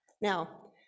Now